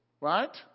Right